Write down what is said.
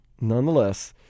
nonetheless